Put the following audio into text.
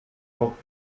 noch